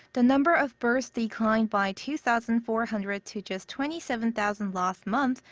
the number of births declined by two thousand four hundred to just twenty seven thousand last month,